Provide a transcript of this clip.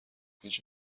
هیچ